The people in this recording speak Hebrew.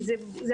חשוב להבין,